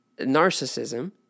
narcissism